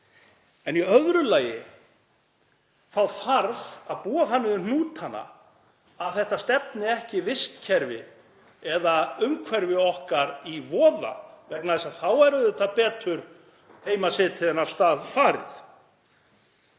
Í öðru lagi þarf að búa þannig um hnútana að þetta stefni ekki vistkerfi eða umhverfi okkar í voða vegna þess að þá er auðvitað betur heima setið en af stað farið.